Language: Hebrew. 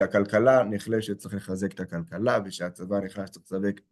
כשהכלכלה נחלשת, צריך לחזק את הכלכלה. וכשהצבא נחלש, צריך לצבק.